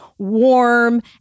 warm